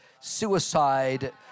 suicide